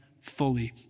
fully